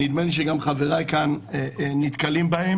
נדמה לי שגם חבריי כאן נתקלים בהן